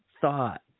thought